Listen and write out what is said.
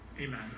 Amen